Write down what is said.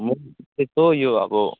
म तपाईँको यो अब